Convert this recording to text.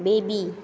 baby